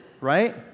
right